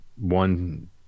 one